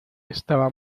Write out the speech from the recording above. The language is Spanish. estaba